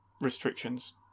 Restrictions